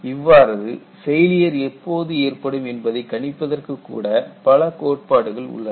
இவ்வாறு ஃபெயிலியர் எப்போது ஏற்படும் என்பதை கணிப்பதற்கு கூட பல கோட்பாடுகள் உள்ளன